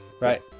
Right